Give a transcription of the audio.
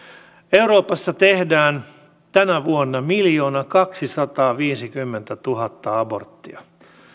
euroopassa tehdään tänä vuonna miljoonakaksisataaviisikymmentätuhatta aborttia